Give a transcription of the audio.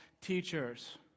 teachers